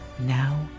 Now